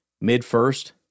mid-first